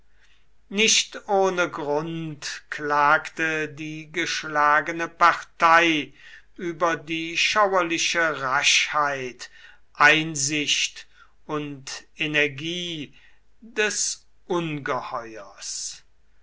nicht ohne grund klagte die geschlagene partei über die schauerliche raschheit einsicht und energie des